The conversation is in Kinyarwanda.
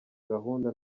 gahunda